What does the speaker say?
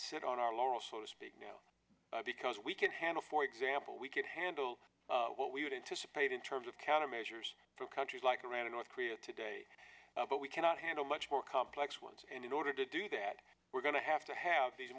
sit on our laurels so to speak now because we can handle for example we could handle what we would anticipate in terms of countermeasures for countries like iran or north korea today but we cannot handle much more complex ones and in order to do that we're going to have to have these